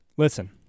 Listen